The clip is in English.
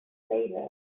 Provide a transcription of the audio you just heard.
failure